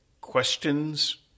questions